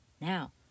Now